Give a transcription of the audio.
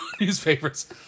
newspapers